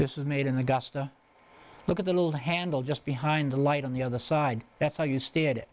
this is made in augusta look at the little handle just behind the light on the other side that's how you s